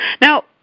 Now